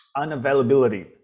unavailability